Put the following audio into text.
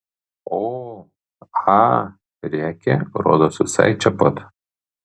o a rėkė rodos visai čia pat